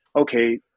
okay